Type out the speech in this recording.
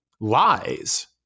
lies